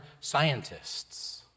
scientists